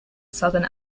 southern